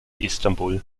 istanbul